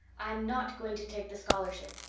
i'm not going to take the scholarship.